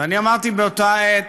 ואני אמרתי באותה עת